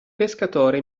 pescatore